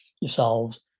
yourselves